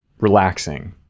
relaxing